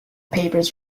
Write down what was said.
papers